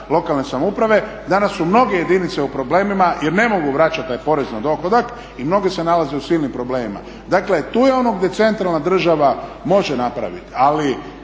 lokalne samouprave. Danas su mnoge jedinice u problemima, jer ne mogu vraćati taj porez na dohodak i mnogi se nalaze u silnim problemima. Dakle, tu je ono gdje centralna država može napraviti. Ali